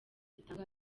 gitanga